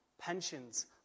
pensions